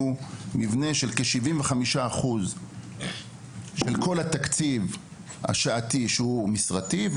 מבנה של כ-75% של כל התקציב השעתי שהוא משרתי,